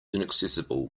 inaccessible